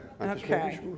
Okay